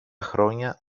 χρόνια